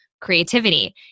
creativity